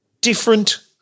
Different